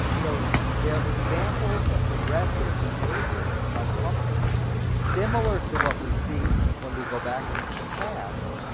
so they're examples of progressive behavior by companies similar to what we see when we go back into the past,